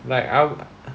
like I